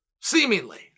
Seemingly